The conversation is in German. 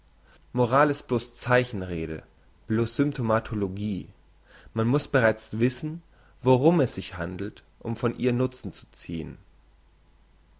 moral ist bloss zeichenrede bloss symptomatologie man muss bereits wissen worum es sich handelt um von ihr nutzen zu ziehen